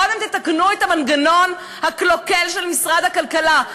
קודם תתקנו את המנגנון הקלוקל של משרד הכלכלה.